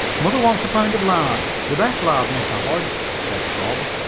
mother wants a pound of lard the best lard, mr. hodge, said bob.